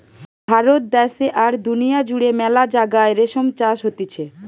ভারত দ্যাশে আর দুনিয়া জুড়ে মেলা জাগায় রেশম চাষ হতিছে